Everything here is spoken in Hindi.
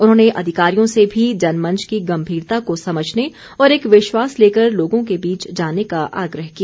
उन्होंने अधिकारियों से भी जनमंच की गम्मीरता को समझने और एक विश्वास लेकर लोगों को बीच जाने का आग्रह किया